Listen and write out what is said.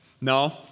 No